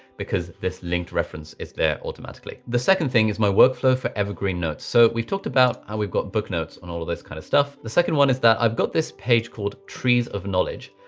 because this linked reference is there automatically. the second thing is my workflow for evergreen notes. so we've talked about how we've got book notes on all of this kind of stuff. the second one is that i've got this page called trees of knowledge.